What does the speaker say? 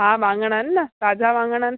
हा वाङण आहिनि न ताज़ा वाङण आहिनि